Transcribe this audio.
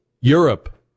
Europe